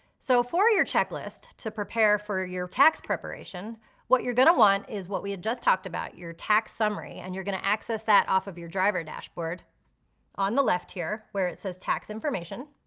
so for your checklist to prepare for your tax preparation what you're gonna want is what we had just talked about, your tax summary, and you're gonna access that off of your driver dashboard on the left here where it says tax information.